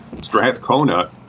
Strathcona